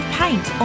paint